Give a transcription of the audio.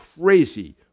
crazy